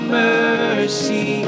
mercy